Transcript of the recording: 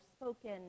spoken